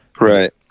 right